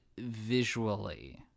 visually